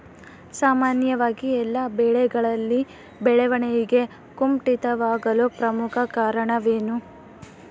ಸಾಮಾನ್ಯವಾಗಿ ಎಲ್ಲ ಬೆಳೆಗಳಲ್ಲಿ ಬೆಳವಣಿಗೆ ಕುಂಠಿತವಾಗಲು ಪ್ರಮುಖ ಕಾರಣವೇನು?